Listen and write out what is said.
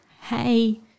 hey